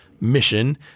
mission